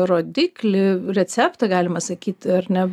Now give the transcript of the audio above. rodiklį receptą galima sakyt ar ne